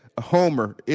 Homer